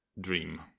dream